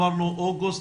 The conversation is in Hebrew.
אמרנו באוגוסט,